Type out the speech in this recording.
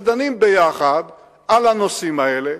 ודנים ביחד על הנושאים האלה.